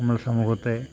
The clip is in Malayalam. നമ്മുടെ സമൂഹത്തെ